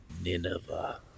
Nineveh